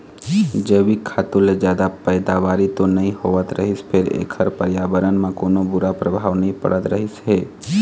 जइविक खातू ले जादा पइदावारी तो नइ होवत रहिस फेर एखर परयाबरन म कोनो बूरा परभाव नइ पड़त रहिस हे